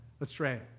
astray